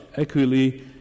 equally